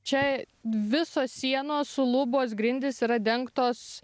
čia visos sienos lubos grindys yra dengtos